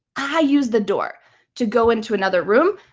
i use the door to go into another room.